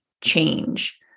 change